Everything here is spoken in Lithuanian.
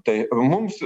tai mums